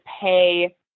pay